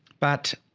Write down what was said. but